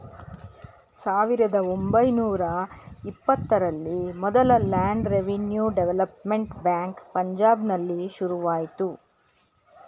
ಸಾವಿರದ ಒಂಬೈನೂರ ಇಪ್ಪತ್ತರಲ್ಲಿ ಮೊದಲ ಲ್ಯಾಂಡ್ ರೆವಿನ್ಯೂ ಡೆವಲಪ್ಮೆಂಟ್ ಬ್ಯಾಂಕ್ ಪಂಜಾಬ್ನಲ್ಲಿ ಶುರುವಾಯ್ತು